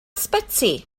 ysbyty